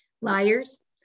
Liars